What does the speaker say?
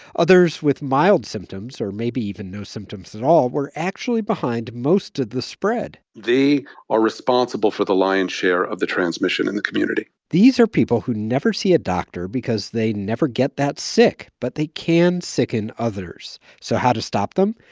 others with mild symptoms or maybe even no symptoms at all were actually behind most of the spread they are responsible for the lion's share of the transmission in the community these are people who never see a doctor because they never get that sick, but they can sicken others. so how to stop them?